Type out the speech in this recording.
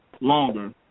longer